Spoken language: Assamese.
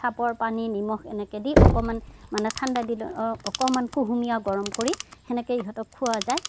চাপৰ পানী নিমখ এনেকে দি অকণমান মানে ঠাণ্ডা দিনত অকণমান কুঁহুমীয়া গৰম কৰি সেনেকে ইহঁতক খুওৱা যায়